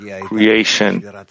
creation